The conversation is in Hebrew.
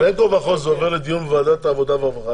בין כה וכה זה עובר לדיון בוועדת העבודה והרווחה,